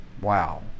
wow